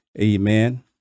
Amen